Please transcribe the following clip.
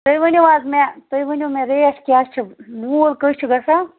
تُہۍ ؤنِو حظ مےٚ تُہۍ ؤنِو مےٚ ریٹ کیٛاہ چھِ ووٗل کٔے چھُ گژھان